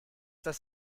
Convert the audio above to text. das